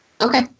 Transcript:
Okay